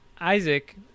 Isaac